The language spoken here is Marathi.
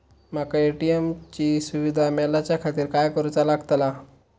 माका ए.टी.एम ची सुविधा मेलाच्याखातिर काय करूचा लागतला?